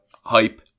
hype